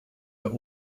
der